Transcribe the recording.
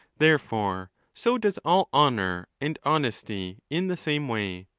therefore so does all honour and honesty in the same way.